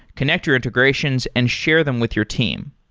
connect your integrations and share them with your team.